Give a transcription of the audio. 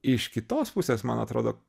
iš kitos pusės man atrodo